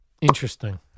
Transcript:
Interesting